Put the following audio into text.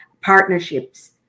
partnerships